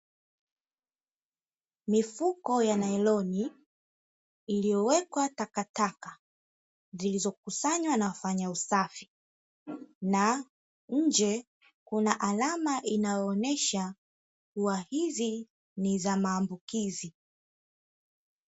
Mifuko ya nailoni, iliyowekwa takataka zilizokusanywa na wafanya usafi na nje kuna alama inayoonyesha kuwa hizi ni za maambukizi.